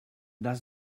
does